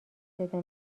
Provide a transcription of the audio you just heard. صدا